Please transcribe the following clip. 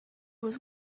was